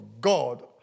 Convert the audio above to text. God